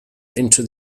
into